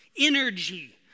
energy